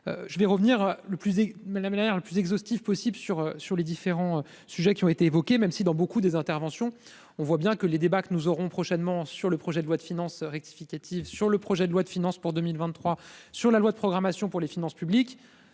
je vais revenir le plus et madame derrière le plus exhaustif possible sur sur les différents sujets qui ont été évoquées, même si dans beaucoup des interventions, on voit bien que les débats que nous aurons prochainement sur le projet de loi de finances rectificative sur le projet de loi de finances pour 2023 sur la loi de programmation pour les finances publiques